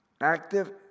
active